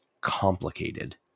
complicated